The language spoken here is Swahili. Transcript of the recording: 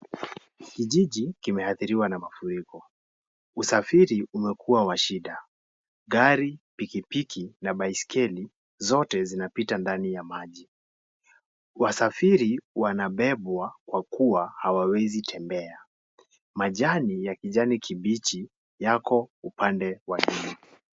Kijiji kimeathiriwa na mafuriko. Usafiri umekuwa wa shida. Gari, pikipiki na baiskeli zote zinapita ndani ya maji. Wasafiri wanabebwa kwa kuwa hawawezi tembea. Majani ya kijani kibichi yako upande wa nyuma.